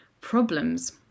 problems